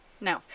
No